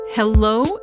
Hello